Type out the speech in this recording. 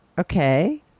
Okay